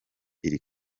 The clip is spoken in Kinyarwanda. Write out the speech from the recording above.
iri